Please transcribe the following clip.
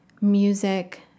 music